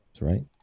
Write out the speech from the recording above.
right